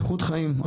איכות חיים,